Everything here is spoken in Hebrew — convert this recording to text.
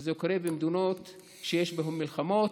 וזה קורה במדינות שיש בהן מלחמות,